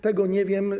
Tego nie wiem.